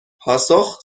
پاسخ